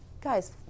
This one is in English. Guys